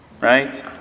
Right